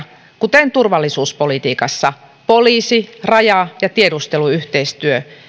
kuten turvallisuuspolitiikassa poliisi raja ja tiedusteluyhteistyö